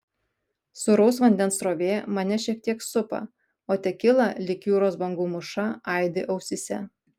sūraus vandens srovė mane šiek tiek supa o tekila lyg jūros bangų mūša aidi ausyse